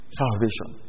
salvation